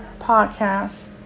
podcast